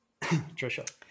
Trisha